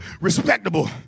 respectable